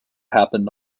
happened